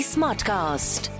Smartcast